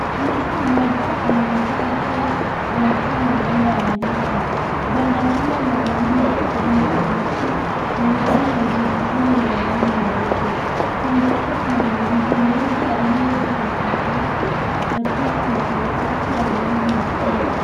Mtu mmoja anaonekana kuwa anatoa maganda ya ndizi ,ganda hilo la rangi ya kijani kibichi na ndani ya ndizi hiyo ni ya rangi nyeupe . Kando yake kuna mandizi mengi yaliyojuu ya sakafu na pia kuna karatasi ya rangi nyekundu.